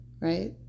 right